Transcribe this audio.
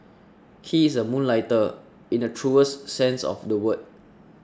he is a moonlighter in the truest sense of the word